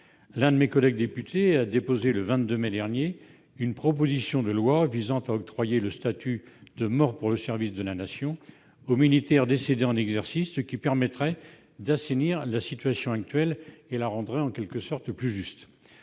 L'un de mes collègues députés a déposé, le 22 mai dernier, une proposition de loi visant à octroyer le statut de « mort pour le service de la Nation » aux militaires décédés en exercice, ce qui permettrait d'assainir la situation actuelle et de la rendre plus juste.